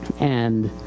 and,